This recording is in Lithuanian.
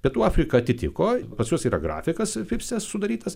pietų afrika atitiko pas juos yra grafikas fipse sudarytas